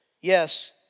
yes